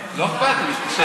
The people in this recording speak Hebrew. לא אכפת לי.